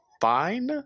fine